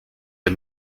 der